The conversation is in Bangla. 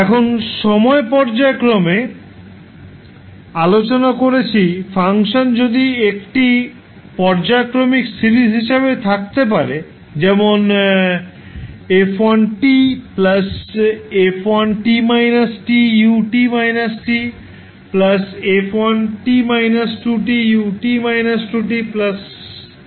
এখন সময় পর্যায়ক্রমে আলোচনা করেছি ফাংশন যদি একটি পর্যায়ক্রমিক সিরিজ হিসেবে থাকতে পারে যেমন 𝑓1 𝑡 𝑓1 𝑡 𝑇 𝑢 𝑡 𝑇 𝑓1 𝑡 2𝑇 𝑢 𝑡 2𝑇